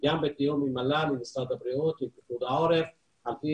- בתיאום עם מל"ל ומשרד הבריאות ופיקוד העורף על פי